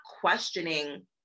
questioning